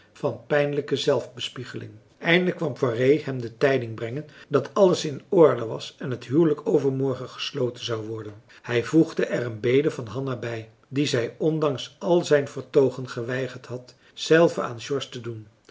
van pijnlijke zelfbespiegeling eindelijk kwam poiré hem de tijding brengen dat alles in orde was en het huwelijk overmorgen gesloten zou worden hij voegde er een bede van hanna bij die zij ondanks al zijn vertoogen geweigerd had zelve aan george te doen